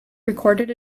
recorded